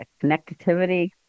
connectivity